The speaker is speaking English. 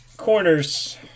Corners